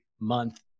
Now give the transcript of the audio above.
month